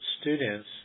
students